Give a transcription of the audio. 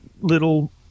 little